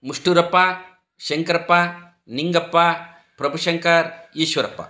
Mushturappa Shankrappa Ningappa Prabhushankar Eshwarappa